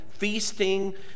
feasting